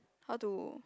how to